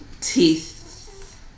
teeth